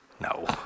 No